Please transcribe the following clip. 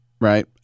Right